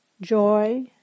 joy